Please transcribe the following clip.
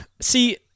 See